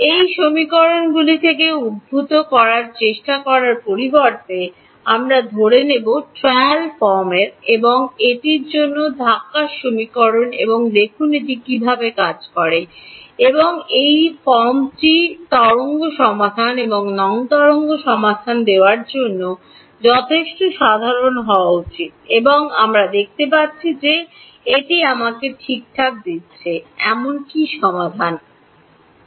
এটি সমীকরণগুলি থেকে উদ্ভূত করার চেষ্টা করার পরিবর্তে আমরা ধরে নেব ট্রায়াল ফর্ম এবং এটি মধ্যে ধাক্কা সমীকরণ এবং দেখুন এটি ঠিক কাজ করে কিনা এবং এই লেজ ফর্মটি তরঙ্গ সমাধান এবং নন তরঙ্গ সমাধান দেওয়ার জন্য যথেষ্ট সাধারণ হওয়া উচিত এবং আমরা দেখতে পাচ্ছি যে এটি আমাকে ঠিকঠাক দিচ্ছে এমন সমাধান কি